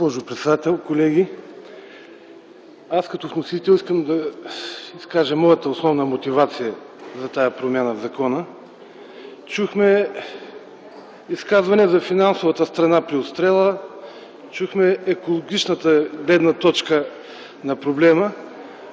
Госпожо председател, колеги! Като вносител искам да изкажа моята основна мотивация за тази промяна в закона. Чухме изказване за финансовата страна при отстрела, чухме екологичната гледна точка на проблема.